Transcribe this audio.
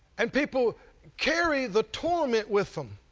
and people carry the torment with them.